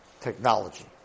technology